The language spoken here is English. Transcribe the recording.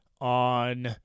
on